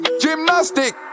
Gymnastic